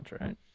right